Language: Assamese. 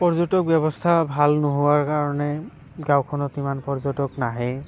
পৰ্যটক ব্যৱস্থা ভাল নোহোৱাৰ কাৰণে গাঁওখনত ইমান পৰ্যটক নাহে